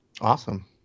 Awesome